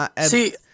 See